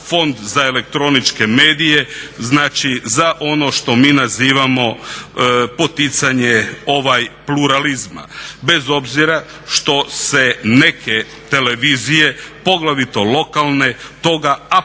Fond za elektroničke medije, znači za ono što mi nazivamo poticanje pluralizma bez obzira što se neke televizije poglavito lokalne toga apsolutno